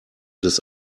des